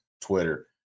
Twitter